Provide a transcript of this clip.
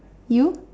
you